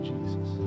Jesus